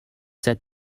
set